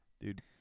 dude